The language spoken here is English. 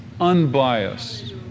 unbiased